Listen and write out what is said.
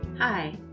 Hi